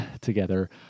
together